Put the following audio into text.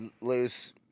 loose